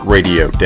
Radio